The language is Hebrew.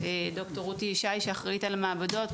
ד"ר רות ישי שאחראית על המעבדות.